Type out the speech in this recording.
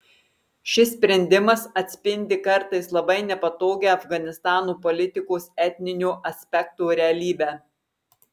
šis sprendimas atspindi kartais labai nepatogią afganistano politikos etninio aspekto realybę